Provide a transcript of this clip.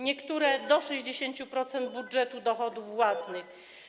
Niektóre do 60% budżetu dochodów własnych.